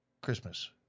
Christmas